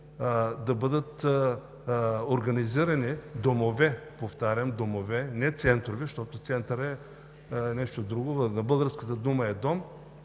да бъдат организирани домове – повтарям, домове, не центрове, защото центърът е нещо друго, а българската дума е „дом“,